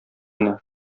менә